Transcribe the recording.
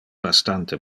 bastante